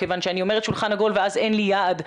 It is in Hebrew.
כיוון שאני אומרת שולחן עגול ואז אין לי יעד.